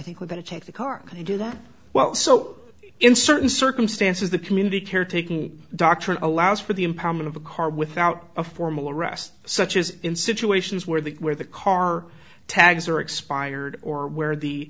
think we're going to take the car to do that well so in certain circumstances the community care taking doctrine allows for the empowerment of a car without a formal arrest such as in situations where the where the car tags are expired or where the